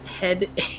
head